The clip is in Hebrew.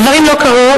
הדברים לא קרו,